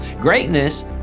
Greatness